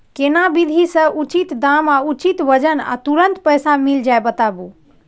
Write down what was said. केना विधी से उचित दाम आ उचित वजन आ तुरंत पैसा मिल जाय बताबू?